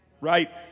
Right